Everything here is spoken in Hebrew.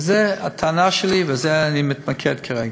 וזו הטענה שלי ובזה אני מתמקד כרגע,